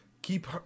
keep